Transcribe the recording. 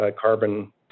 carbon